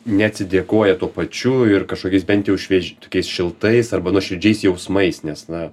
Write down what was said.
neatsidėkoja tuo pačiu ir kažkokiais bent jau šviež tokiais šiltais arba nuoširdžiais jausmais nes na